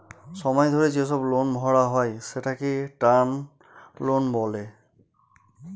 সময় ধরে যেসব লোন ভরা হয় সেটাকে টার্ম লোন বলে